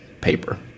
paper